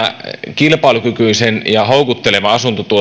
kilpailukykyisen ja houkuttelevan asuntotuotannon mahdollistaminen